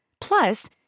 Plus